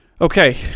okay